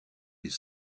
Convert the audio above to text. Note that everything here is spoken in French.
des